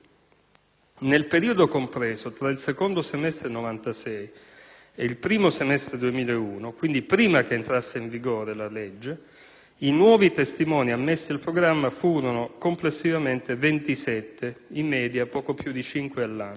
Nel periodo compreso tra il secondo semestre 1996 e il primo semestre 2001, quindi prima che entrasse in vigore la legge, i nuovi testimoni ammessi al programma furono complessivamente 27, in media poco più di cinque all'anno.